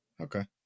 Okay